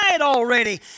already